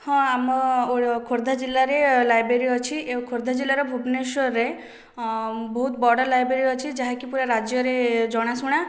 ହଁ ଆମ ଖୋର୍ଦ୍ଧା ଜିଲ୍ଲାରେ ଲାଇବ୍ରେରୀ ଅଛି ଆଉ ଖୋର୍ଦ୍ଧା ଜିଲ୍ଲାର ଭୁବନେଶ୍ୱରରେ ବହୁତ ବଡ଼ ଲାଇବ୍ରେରୀ ଅଛି ଯାହାକି ପୁରା ରାଜ୍ୟରେ ଜଣାଶୁଣା